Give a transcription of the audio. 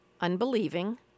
unbelieving